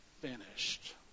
finished